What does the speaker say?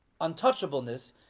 untouchableness